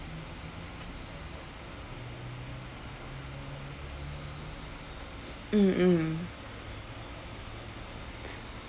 mm mm